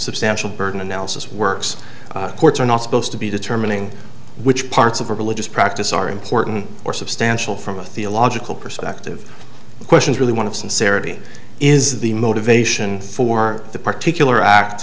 substantial burden analysis works courts are not supposed to be determining which parts of a religious practice are important or substantial from a theological perspective the questions really one of sincerity is the motivation for the particular act